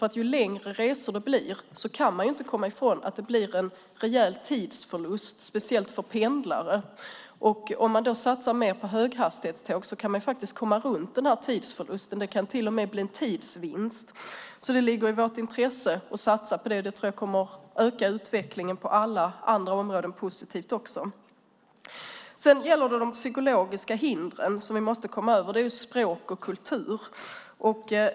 Med längre resor kan man inte komma ifrån att det blir en rejäl tidsförlust, speciellt för pendlare. Om man då satsar mer på höghastighetståg kan man komma runt tidsförlusten, och det kan till och med bli en tidsvinst. Det ligger alltså i vårt intresse att satsa på det - jag tror att det kommer att innebära en positiv utveckling på alla andra områden också. Sedan gäller det de psykologiska hindren som vi måste komma över, och det är språk och kultur.